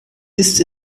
ist